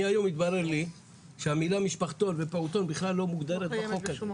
אני היום התברר לי שהמילה משפחתון ופעוטון בכלל לא מוגדרת בחוק הזה.